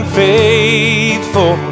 faithful